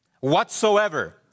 whatsoever